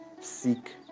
Seek